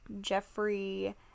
Jeffrey